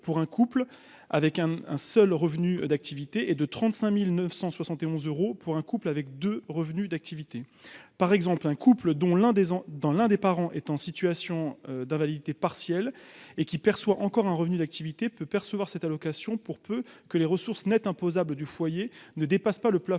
pour un couple avec un un seul revenu d'activité et de 35960 et 11 euros pour un couple avec deux revenus d'activité, par exemple un couple dont l'un des dans l'un des parents est en situation d'invalidité partielle et qui perçoit encore un revenu d'activité peut percevoir cette allocation, pour peu que les ressources Net imposables du foyer ne dépasse pas le plafond